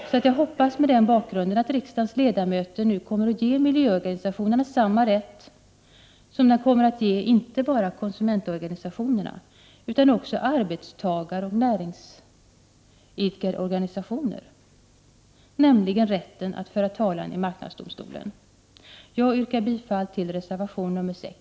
Mot] denna bakgrund hoppas jag att riksdagens ledamöter nu kommer att ge miljöorganisationerna samma rätt som den kommer att ge inte baral konsumentorganisationerna utan också arbetstagaroch näringsidkarorgani-| sationer, nämligen rätten att föra talan i marknadsdomstolen. Jag yrkar bifall till reservation nr 6.